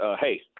hey